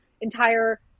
entire